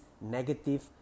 negative